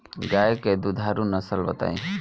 गाय के दुधारू नसल बताई?